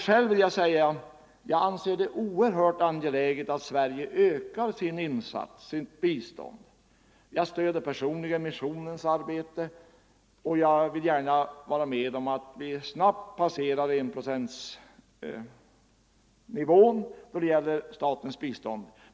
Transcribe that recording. Själv anser jag det oerhört angeläget att Sverige ökar sitt bistånd. Jag stöder personligen missionens arbete och jag vill gärna vara med om att vi passerar enprocentsnivån då det gäller statens bistånd.